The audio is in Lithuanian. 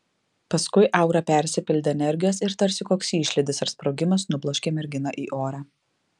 paskui aura persipildė energijos ir tarsi koks išlydis ar sprogimas nubloškė merginą į orą